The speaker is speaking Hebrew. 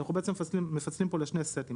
אנחנו בעצם מפצלים פה לשני סטים.